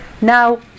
now